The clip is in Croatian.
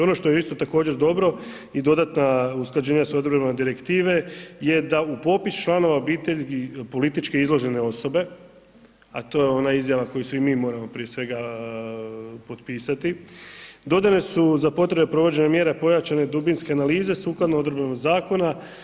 Ono što je isto također dobro i dodatna usklađenja s odredbama direktive, je da u popis članova obitelji politički izložene osobe, a to je ona izjava koju svi mi moramo prije svega potpisat, dodatne su za potrebe provođenja mjera pojačane dubinske analize sukladno odredbama zakona.